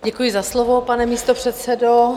Děkuji za slovo, pane místopředsedo.